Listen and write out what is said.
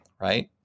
right